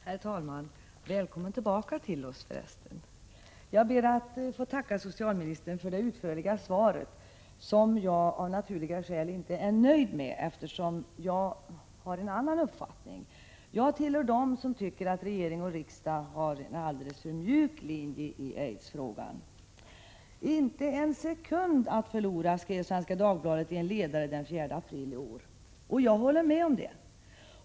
Herr talman! Välkommen tillbaka till oss! Jag ber att få tacka socialministern för det utförliga svaret, som jag emellertid av naturliga skäl inte är nöjd med, eftersom jag har en annan uppfattning än socialministern. Jag tillhör dem som tycker att regering och riksdag har en alldeles för mjuk linje i aidsfrågan. ”Inte en sekund att förlora”, skrev Svenska Dagbladet i en ledare den 4 april i år. Jag håller med om det.